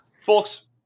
folks